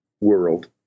world